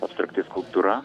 abstrakti skulptūra